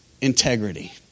integrity